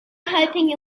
hoping